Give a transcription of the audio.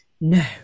No